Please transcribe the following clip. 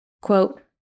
Quote